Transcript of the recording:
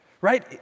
Right